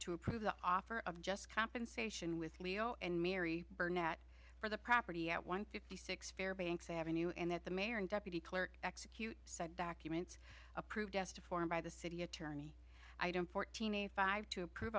to approve the offer of just compensation with leo and mary burnett for the property at one fifty six fairbanks avenue and that the mayor and deputy clerk execute said documents approved as to form by the city attorney i don't fourteen eighty five to approve